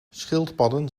schildpadden